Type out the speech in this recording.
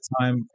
time